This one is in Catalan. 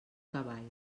cavall